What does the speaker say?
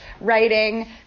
writing